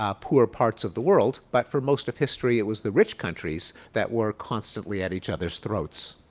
ah poor parts of the world. but for most of history, it was the rich countries that were constantly at each other's throats.